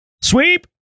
Sweep